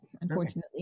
unfortunately